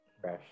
fresh